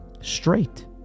straight